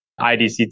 IDC